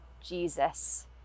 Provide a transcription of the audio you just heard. Jesus